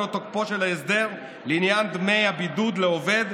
את תוקפו של ההסדר לעניין דמי הבידוד לעובד,